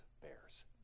bears